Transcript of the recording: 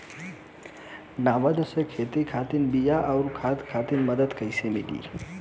नाबार्ड से खेती खातिर बीया आउर खाद खातिर मदद कइसे मिली?